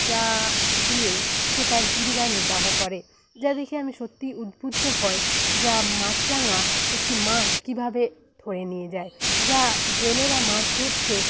যা দিয়ে সে তার জীবিকা নির্বাহ করে যা দেখে আমি সত্যি উদ্ভূত হই যা মাছরাঙা একটি মাছ কী ভাবে ধরে নিয়ে যায় যা জেলেরা মাছ ধরতে